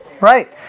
Right